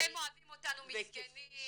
הם אוהבים אותנו מסכנים,